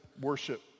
worship